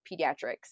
pediatrics